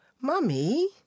Mummy